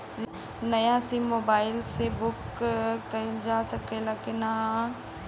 नया sim mobile से book कइलजा सकत ह कि ना?